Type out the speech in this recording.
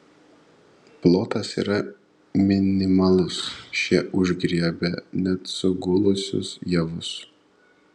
plotas yra minimalus šie užgriebia net sugulusius javus